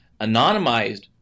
anonymized